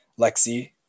Lexi